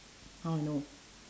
how I know